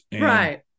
Right